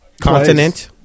continent